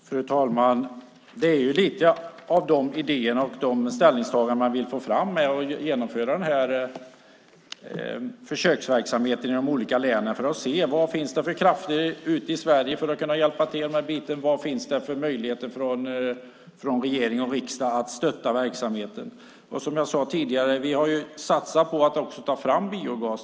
Fru talman! Det är lite av de idéerna och de ställningstagandena som man vill få fram med att genomföra den här försöksverksamheten i de olika länen. Man vill se vad det finns för krafter ute i Sverige som kan hjälpa till med den här biten och vad det finns för möjligheter från regering och riksdag att stötta verksamheten. Som jag sade tidigare har vi satsat på att ta fram biogas.